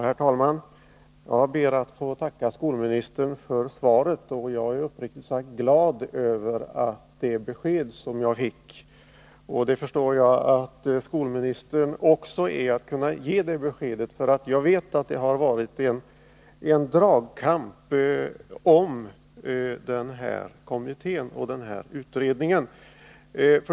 Herr talman! Jag ber att få tacka skolministern för svaret. Jag är uppriktigt glad över det besked som jag har fått. Och jag förstår att skolministern också är glad över att kunna ge detta besked. Jag vet nämligen att det har varit en dragkamp om denna kommitté och denna utredning.